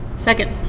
second.